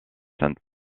sainte